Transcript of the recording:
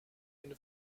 une